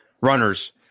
runners